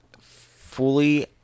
fully